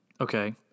okay